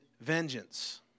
vengeance